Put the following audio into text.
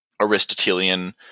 Aristotelian